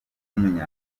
w’amaguru